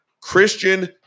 Christian